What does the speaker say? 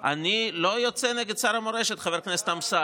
אני לא יוצא נגד שר המורשת, חבר הכנסת אמסלם.